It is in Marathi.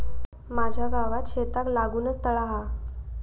माझ्या गावात शेताक लागूनच तळा हा